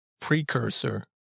precursor